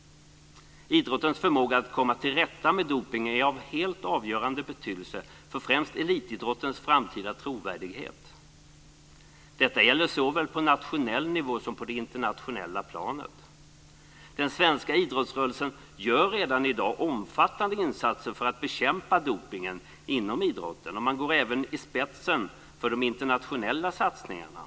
Idrottens förmåga att komma till rätta med dopningen är av helt avgörande betydelse främst för elitidrottens framtida trovärdighet. Detta gäller såväl på nationell nivå som på internationellt plan. Den svenska idrottsrörelsen gör redan i dag omfattande insatser för att bekämpa dopningen inom idrotten. Man går även i spetsen för de internationella satsningarna.